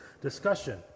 discussion